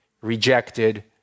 rejected